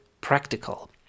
practical